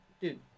dude